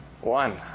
One